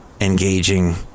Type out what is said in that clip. Engaging